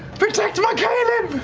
protect my caleb!